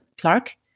Clark